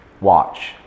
watch